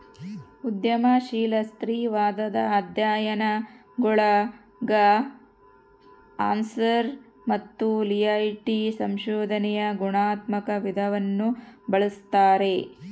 ಉದ್ಯಮಶೀಲ ಸ್ತ್ರೀವಾದದ ಅಧ್ಯಯನಗುಳಗಆರ್ಸರ್ ಮತ್ತು ಎಲಿಯಟ್ ಸಂಶೋಧನೆಯ ಗುಣಾತ್ಮಕ ವಿಧಾನವನ್ನು ಬಳಸ್ತಾರೆ